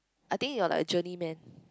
I think you're like a journey man